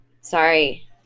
Sorry